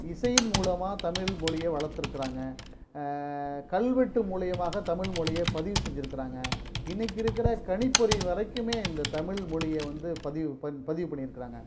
இசையின் மூலமாக தமிழ்மொழியை வளர்த்திருக்குறாங்க கல்வெட்டு மூலியமாக தமிழ்மொழியை பதிவு செஞ்சுருக்கிறாங்க இன்னக்கு இருக்கிற கணிப்பொறி வரைக்குமே இந்த தமிழ்மொழியை வந்து பதிவு பண் பதிவு பண்ணி இருக்காங்க